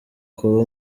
kuba